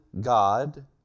God